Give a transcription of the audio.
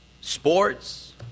sports